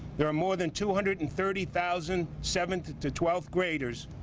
there are more than two hundred and thirty thousand, seventh to twelfth graders